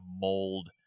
mold